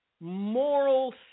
moral